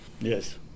Yes